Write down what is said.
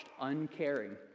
uncaring